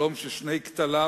שלום ששני כתליו,